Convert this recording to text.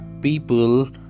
people